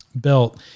built